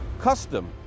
custom